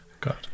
God